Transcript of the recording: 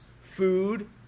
food